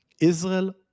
Israel